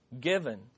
given